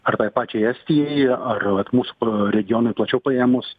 ar tai pačiai estijai ar vat mūs regionui plačiau paėmus